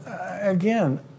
again